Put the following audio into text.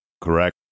Correct